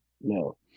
no